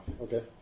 Okay